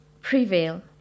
prevail